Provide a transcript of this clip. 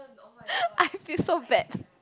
I feel so bad